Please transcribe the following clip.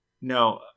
No